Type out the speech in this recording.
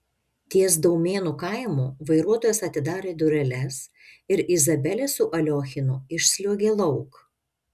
ties daumėnų kaimu vairuotojas atidarė dureles ir izabelė su aliochinu išsliuogė lauk